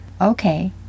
Okay